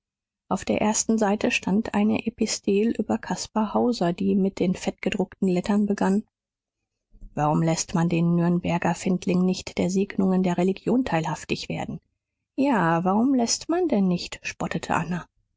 auf der ersten seite stand eine epistel über caspar hauser die mit den fettgedruckten lettern begann warum läßt man den nürnberger findling nicht der segnungen der religion teilhaftig werden ja warum läßt man denn nicht spottete anna